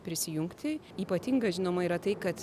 prisijungti ypatinga žinoma yra tai kad